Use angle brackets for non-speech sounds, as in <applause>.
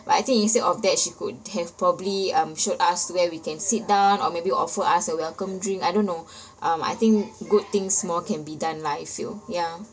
but I think instead of that she could have probably um showed us where we can sit down or maybe offer us a welcome drink I don't know <breath> um I think good things more can be done lah I feel ya